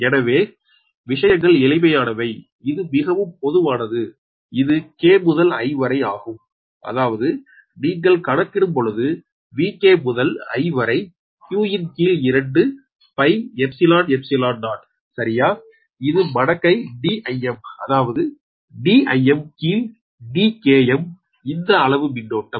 எனவே விஷயங்கள் எளிமையானவை இது மிகவும் பொதுவானது இது k முதல் i வரை ஆகும் அதாவது நீங்கள் கணக்கிடும்பொழுது Vk முதல் i வரை q ன் கீழ் 2 Π𝜖𝜖0 சரியா இது மடக்கை Dim அதாவது Dim கீழ் Dkm இந்த அளவு மின்னோட்டம்